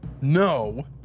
No